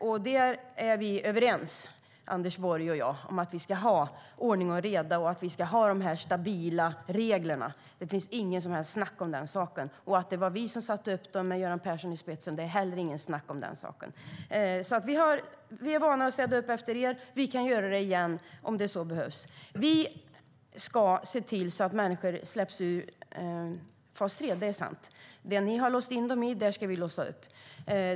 Anders Borg och jag är överens om att vi ska ha ordning och reda och att vi ska ha de här stabila reglerna. Det finns inget som helst snack om den saken. Att det var vi som satte upp dem med Göran Persson i spetsen är det heller inget snack om. Vi är vana att städa upp efter er, och vi kan göra det igen om det så behövs. Vi ska se till att människor släpps ur fas 3, det är sant. Ni har låst in dem där, och vi ska låsa upp.